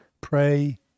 pray